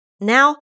Now